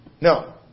No